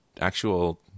actual